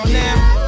now